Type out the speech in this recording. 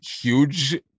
huge